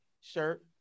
shirt